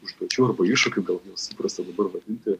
užduočių arba iššūkių gal juos įprasta dabar vadinti